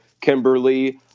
Kimberly